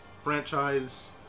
franchise